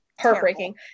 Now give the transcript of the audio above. heartbreaking